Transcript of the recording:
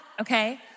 okay